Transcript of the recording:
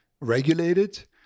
regulated